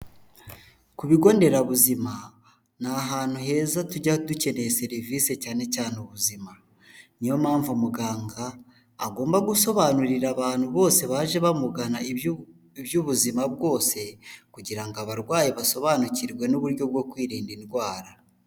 Ku bigo nderabuzima ni ahantu heza tujya dukeneye serivisi cyane cyane ubuzima, niyo mpamvu muganga agomba gusobanurira abantu bose baje bamugana by'ubuzima bwose kugira ngo abarwayi basobanukirwe n'uburyo bwo kwirinda indwara.